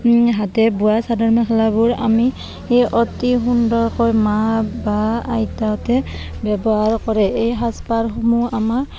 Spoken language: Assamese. হাতে বোৱা চাদৰ মেখেলাবোৰ আমি অতি সুন্দৰকৈ মা বা আইতাহঁতে ব্যৱহাৰ কৰে এই সাজপাৰসমূহ আমাৰ